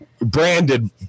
branded